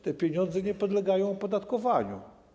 Te pieniądze nie podlegają opodatkowaniu.